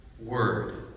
word